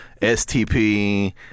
STP